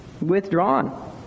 withdrawn